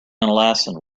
alsatian